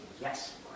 yes